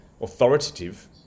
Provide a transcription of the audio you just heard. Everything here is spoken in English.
authoritative